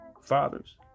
fathers